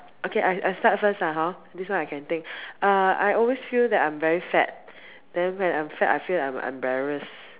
okay I I start first lah hor this one I can take uh I always feel that I'm fat then when I'm fat I feel like I'm embarrassed